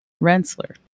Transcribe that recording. Rensselaer